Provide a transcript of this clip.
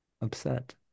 upset